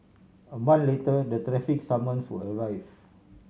a month later the traffic summons were arrive